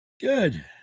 Good